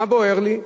מה בוער לי?